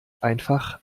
einfach